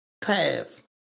path